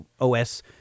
OS